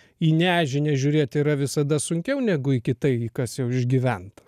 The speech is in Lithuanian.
į nežinią žiūrėti yra visada sunkiau negu iki tai kas jau išgyventa